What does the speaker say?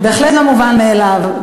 זה לא מובן מאליו.